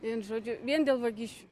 vienu žodžiu vien dėl vagysčių